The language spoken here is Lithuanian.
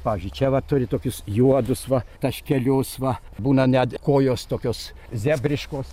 pavyzdžiui čia va turi tokius juodus va taškelius va būna net kojos tokios zebriškos